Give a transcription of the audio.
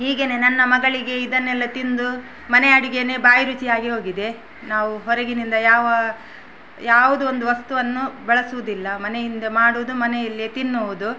ಹೀಗೆಯೇ ನನ್ನ ಮಗಳಿಗೆ ಇದನ್ನೆಲ್ಲ ತಿಂದು ಮನೆ ಅಡುಗೆಯೇ ಬಾಯಿ ರುಚಿಯಾಗಿ ಹೋಗಿದೆ ನಾವು ಹೊರಗಿನಿಂದ ಯಾವ ಯಾವುದೂ ಒಂದು ವಸ್ತುವನ್ನು ಬಳಸುವುದಿಲ್ಲ ಮನೆಯಿಂದ ಮಾಡೋದು ಮನೆಯಲ್ಲಿಯೇ ತಿನ್ನುವುದು